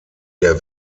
der